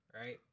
right